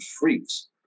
freaks